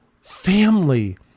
family